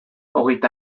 hogeita